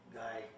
guy